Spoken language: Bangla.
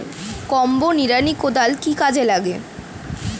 কম্বো নিড়ানি কোদাল কি কাজে লাগে?